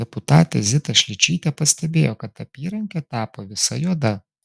deputatė zita šličytė pastebėjo kad apyrankė tapo visa juoda